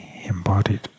embodied